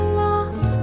love